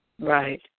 Right